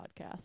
podcast